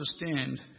understand